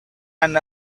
and